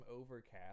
overcast